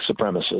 supremacists